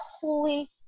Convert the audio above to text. holy